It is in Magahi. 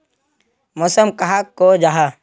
मौसम कहाक को जाहा?